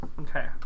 Okay